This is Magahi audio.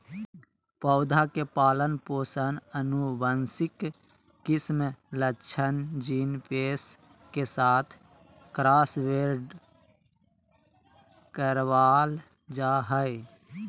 पौधा के पालन पोषण आनुवंशिक किस्म लक्षण जीन पेश के साथ क्रॉसब्रेड करबाल जा हइ